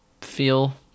feel